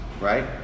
right